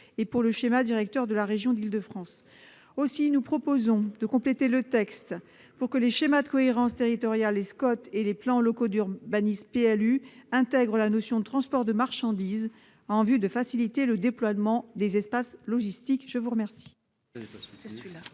et pour le schéma directeur de la région d'Île-de-France. Nous proposons de compléter le texte pour que les schémas de cohérence territoriale et les plans locaux d'urbanisme intègrent la thématique du transport de marchandises, en vue de faciliter le déploiement des espaces logistiques. Quel